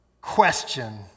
question